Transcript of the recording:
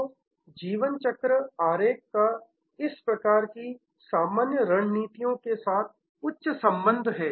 तो जीवन चक्र आरेख का इस तीन प्रकार की सामान्य रणनीतियों के साथ उच्च संबंध है